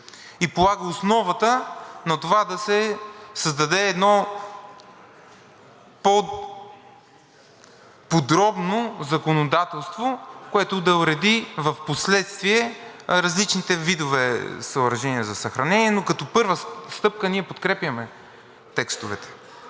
и полага основата на това да се създаде едно по-подробно законодателство, което да уреди впоследствие различните видове съоръжения за съхранение, но като първа стъпка ние подкрепяме текстовете.